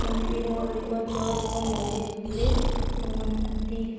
ମନ୍ଦିର ଗୁଡ଼ିକ ଚର୍ଚ୍ଚ ଏବଂ ମସଜିଦରେ ରୁହନ୍ତି